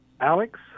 Alex